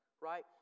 right